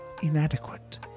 inadequate